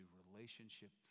relationship